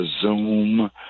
zoom